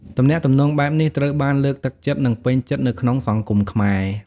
ទំនាក់ទំនងបែបនេះត្រូវបានលើកទឹកចិត្ត និងពេញចិត្តនៅក្នុងសង្គមខ្មែរ។